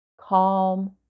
calm